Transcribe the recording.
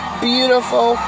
Beautiful